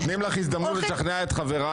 תודה רבה.